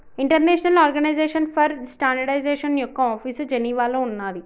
international organization for standardization యొక్క office జెనీవాలో ఉన్నాది